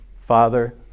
Father